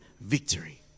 victory